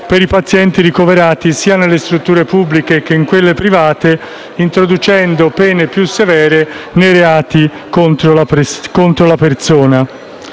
per i pazienti ricoverati nelle strutture sia pubbliche che private, introducendo pene più severe per i reati contro la persona.